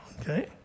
okay